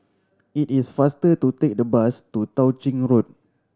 it is faster to take the bus to Tao Ching Road